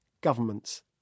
governments